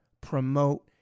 promote